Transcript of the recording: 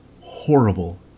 horrible